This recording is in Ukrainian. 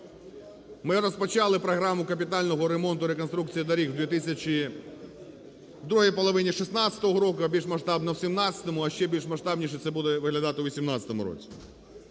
Ми розпочали програму капітального ремонту і реконструкції доріг у другій половині 2016 року, а більш масштабно у 2017-му, а ще більш масштабніше це буде виглядати у 2018 році.